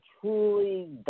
truly